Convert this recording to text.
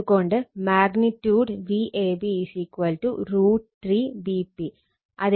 അത് കൊണ്ട് |Vab| √3 Vp